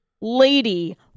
lady